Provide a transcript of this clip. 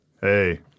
Hey